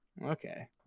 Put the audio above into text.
okay